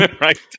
Right